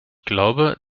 glaube